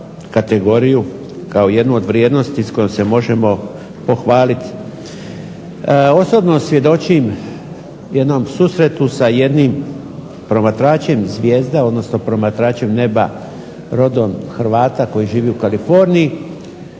kategoriju kao jednu od vrijednosti s kojom se možemo pohvaliti. Osobno svjedočim jednom susretu sa jednim promatračem neba rodom Hrvata koji živi u Kaliforniji